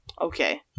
Okay